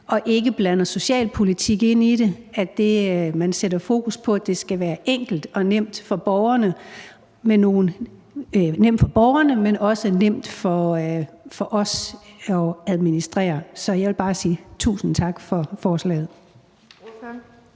og ikke blander socialpolitik ind i det, altså at man sætter fokus på, at det skal være enkelt og nemt for borgerne, men også nemt for os at administrere. Så jeg vil bare sige tusind tak for forslaget.